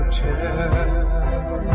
tell